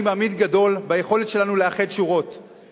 אני מאמין גדול ביכולת שלנו לאחד שורות,